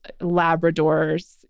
Labrador's